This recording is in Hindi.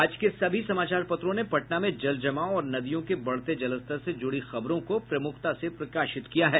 आज के सभी समाचार पत्रों ने पटना में जल जमाव और नदियों के बढ़ते जलस्तर से जुड़ी खबरों को प्रमुखता से प्रकाशित किया है